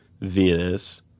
Venus